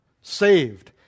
saved